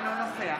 אינו נוכח